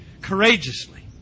courageously